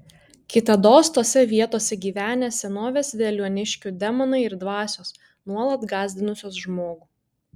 kitados tose vietose gyvenę senovės veliuoniškių demonai ir dvasios nuolat gąsdinusios žmogų